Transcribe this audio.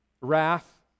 Wrath